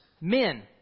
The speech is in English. Men